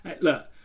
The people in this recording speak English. Look